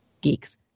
Geeks